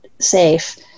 safe